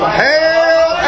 hell